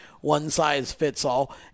one-size-fits-all